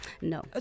No